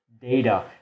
data